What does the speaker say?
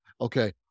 Okay